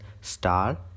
star